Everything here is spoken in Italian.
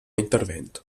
intervento